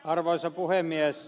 arvoisa puhemies